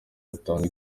butanga